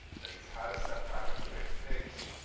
that he's had a setback at the bay of pigs,